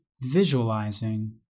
visualizing